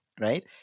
Right